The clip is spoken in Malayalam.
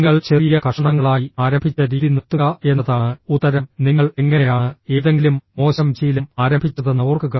നിങ്ങൾ ചെറിയ കഷണങ്ങളായി ആരംഭിച്ച രീതി നിർത്തുക എന്നതാണ് ഉത്തരം നിങ്ങൾ എങ്ങനെയാണ് ഏതെങ്കിലും മോശം ശീലം ആരംഭിച്ചതെന്ന് ഓർക്കുക